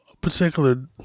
particular